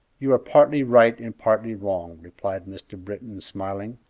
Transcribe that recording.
you are partly right and partly wrong, replied mr. britton, smiling.